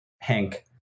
Hank